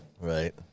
Right